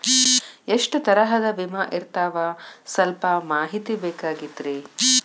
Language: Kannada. ಎಷ್ಟ ತರಹದ ವಿಮಾ ಇರ್ತಾವ ಸಲ್ಪ ಮಾಹಿತಿ ಬೇಕಾಗಿತ್ರಿ